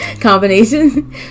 Combination